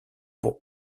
pour